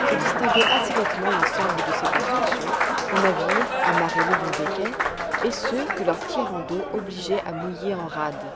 je distinguai assez nettement l'ensemble de ses constructions les navires amarrés le long des quais et ceux que leur tirant d'eau obligeait à mouiller en rade